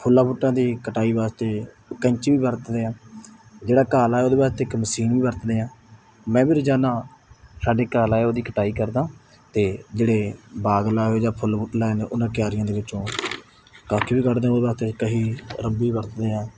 ਫੁੱਲਾਂ ਬੂਟਿਆਂ ਦੀ ਕਟਾਈ ਵਾਸਤੇ ਕੈਂਚੀ ਵੀ ਵਰਤਦੇ ਹਾਂ ਜਿਹੜਾ ਘਾਹ ਲਾਇਆ ਉਹਦੇ ਵਾਸਤੇ ਇੱਕ ਮਸ਼ੀਨ ਵੀ ਵਰਤਦੇ ਹਾਂ ਮੈਂ ਵੀ ਰੋਜ਼ਾਨਾ ਸਾਡੇ ਘਾਹ ਲਾਇਆ ਉਹਦੀ ਕਟਾਈ ਕਰਦਾ ਅਤੇ ਜਿਹੜੇ ਬਾਗ ਲਾਏ ਹੋਏ ਜਾਂ ਫੁੱਲ ਬੂਟੇ ਲਾਏ ਨੇ ਉਹਨਾਂ ਕਿਆਰੀਆਂ ਦੇ ਵਿੱਚੋਂ ਕੱਖ ਵੀ ਕੱਢਦੇ ਉਹਦੇ ਵਾਸਤੇ ਕਹੀ ਰੰਬੀ ਵਰਤਦੇ ਆ